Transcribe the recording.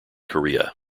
korea